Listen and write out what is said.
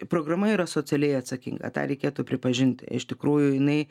programa yra socialiai atsakinga tą reikėtų pripažinti iš tikrųjų jinai